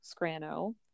scrano